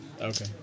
Okay